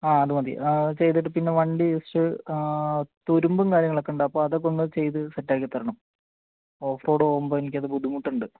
ആ അതുമതി അത് ചെയ്തിട്ട് പിന്നെ വണ്ടി ജസ്റ്റ് തുരുമ്പും കാര്യങ്ങളൊക്കെ ഉണ്ടാവും അപ്പോൾ അതൊക്കെ ഒന്ന് ചെയ്തു സെറ്റാക്കിത്തരണം ഓഫ്റോഡ് പോവുമ്പോൾ എനിക്കത് ബുദ്ധിമുട്ടുണ്ട്